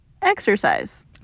Exercise